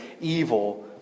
evil